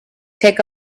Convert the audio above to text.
take